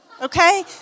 okay